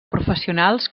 professionals